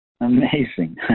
Amazing